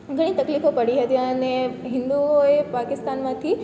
ઘણી તકલીફો પડી હતી અને હિન્દુઓએ પાકિસ્તાનમાંથી